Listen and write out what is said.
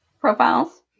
profiles